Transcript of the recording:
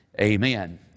amen